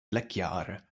lekrjahre